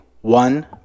one